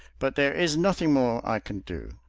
but there is nothing more i can do.